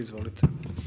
Izvolite.